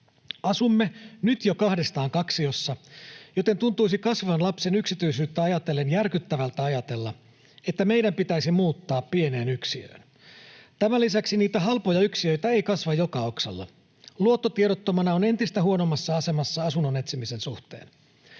Asumme nyt jo kahdestaan kaksiossa, joten tuntuisi kasvavan lapsen yksityisyyttä ajatellen järkyttävältä ajatella, että meidän pitäisi muuttaa pieneen yksiöön. Tämän lisäksi niitä halpoja yksiöitä ei kasva joka oksalla. Luottotiedottomana on entistä huonommassa asemassa asunnon etsimisen suhteen.